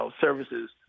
services